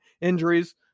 injuries